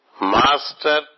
Master